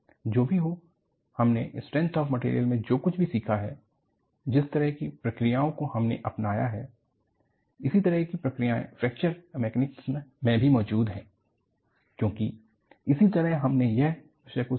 जो भी हो हमने स्ट्रेंथ ऑफ मटेरियल में जो कुछ भी सीखा है जिस तरह की प्रक्रियाओं को हमने अपनाया है इसी तरह की प्रक्रियाएँ फ्रैक्चर मैकेनिज्म में भी मौजूद हैं क्योंकि इसी तरह हमने इस विषय को सिखा